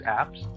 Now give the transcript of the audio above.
apps